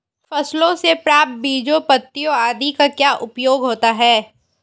फसलों से प्राप्त बीजों पत्तियों आदि का क्या उपयोग होता है?